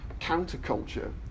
counterculture